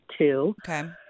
Okay